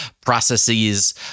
processes